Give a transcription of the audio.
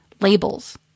labels